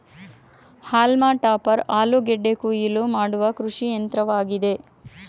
haulm topper ಆಲೂಗೆಡ್ಡೆ ಕುಯಿಲು ಮಾಡುವ ಕೃಷಿಯಂತ್ರವಾಗಿದೆ